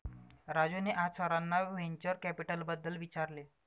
राजूने आज सरांना व्हेंचर कॅपिटलबद्दल विचारले